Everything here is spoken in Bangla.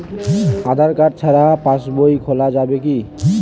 আধার কার্ড ছাড়া পাশবই খোলা যাবে কি?